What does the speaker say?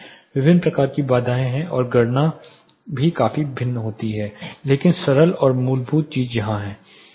विभिन्न प्रकार की बाधाएं हैं और गणना भी काफी भिन्न होती है लेकिन सरल और मूलभूत चीज यहां है